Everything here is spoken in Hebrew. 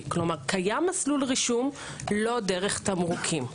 כלומר קיים מסלול רישום לא דרך תמרוקים.